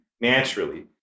naturally